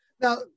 Now